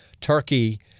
Turkey